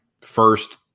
first